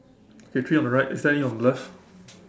okay three on the right is there any on the left